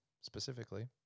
specifically